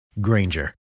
Granger